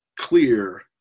clear